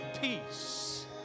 Peace